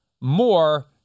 more